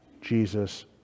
Jesus